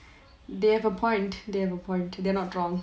they have a point they have a point they are not wrong